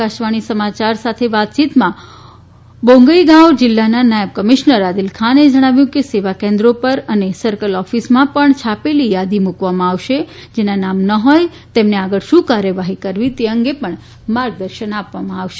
આકાશવાણી સમાચાર સાથે વાતચીતમાં બોંગઇગાંવ જિલ્લાના નાયબ કમિશ્નર આદિલખાને જણાવ્યું કે સેવા કેન્દ્રો પર અને સર્કલ ઓફિસમાં પણ છાપેલી યાદી મુકવામાં આવશે જેના નામ ન હોય તેમને આગળ શું કાર્યવાહી કરવી તે અંગે પણ માર્ગદર્શન આપવામાં આવશે